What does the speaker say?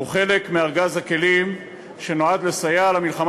הוא חלק מארגז הכלים שנועד לסייע למלחמה